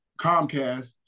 Comcast